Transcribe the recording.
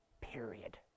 Period